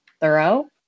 thorough